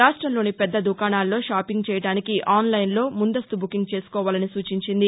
రాష్టంలోని పెద్ద దుకాణాల్లో షాపింగ్ చేయడానికి ఆన్ లైన్లో ముందస్తు బుకింగ్ చేసుకోవాలని సూచించింది